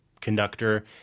conductor